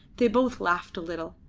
they both laughed a little,